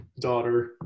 daughter